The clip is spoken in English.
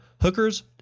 Hookers